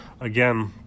again